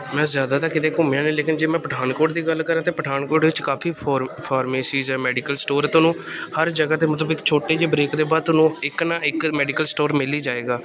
ਮੈਂ ਜ਼ਿਆਦਾ ਤਾਂ ਕਿਤੇ ਘੁੰਮਿਆ ਨਹੀਂ ਲੇਕਿਨ ਜੇ ਮੈਂ ਪਠਾਨਕੋਟ ਦੀ ਗੱਲ ਕਰਾਂ ਤਾਂ ਪਠਾਨਕੋਟ ਵਿੱਚ ਕਾਫ਼ੀ ਫੋਰ ਫਾਰਮੇਸੀਜ ਹੈ ਮੈਡੀਕਲ ਸਟੋਰ ਹੈ ਤੁਹਾਨੂੰ ਹਰ ਜਗ੍ਹਾ 'ਤੇ ਮਤਲਬ ਇੱਕ ਛੋਟੀ ਜਿਹੇ ਬ੍ਰੇਕ ਦੇ ਬਾਅਦ ਤੁਹਾਨੂੰ ਇੱਕ ਨਾ ਇੱਕ ਮੈਡੀਕਲ ਸਟੋਰ ਮਿਲ ਹੀ ਜਾਵੇਗਾ